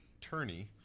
Turney